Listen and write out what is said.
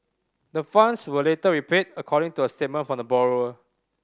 the funds were later repaid according to a statement from the borrower